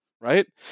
right